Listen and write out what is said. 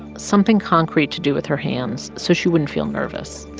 something concrete to do with her hands so she wouldn't feel nervous.